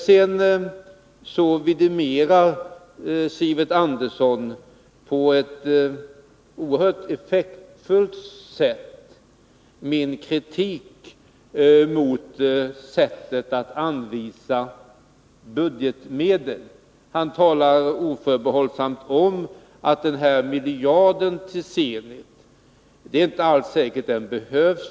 Sivert Andersson vidimerade på ett oerhört effektfullt sätt min kritik mot sättet att anvisa budgetmedel. Han talade oförbehållsamt om att det inte alls är säkert att miljarden till Zenit behövs.